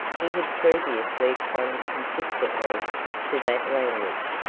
he had previously clung consistently to that language,